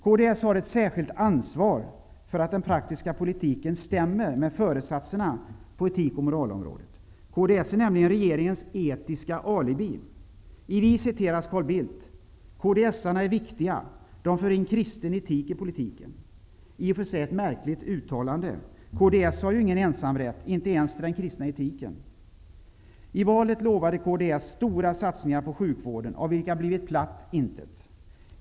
Kds har ett särskilt ansvar för att den praktiska politiken stämmer med föresatserna på etik och moralområdet. Kds är nämligen regeringens etiska alibi. I Vi citeras Carl Bildt: ''Kds-arna är viktiga, de för in kristen etik i politiken''. Det är i och för sig ett märkligt uttalande. Kds har ju ingen ensamrätt, inte ens till den kristna etiken. I valet lovade kds stora satsningar på sjukvården, av vilka det har blivit platt intet.